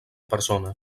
persona